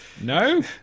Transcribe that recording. No